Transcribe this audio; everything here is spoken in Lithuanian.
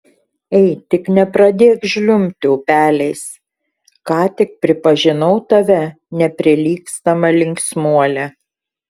ei tik nepradėk žliumbti upeliais ką tik pripažinau tave neprilygstama linksmuole